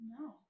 No